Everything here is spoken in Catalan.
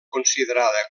considerada